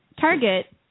Target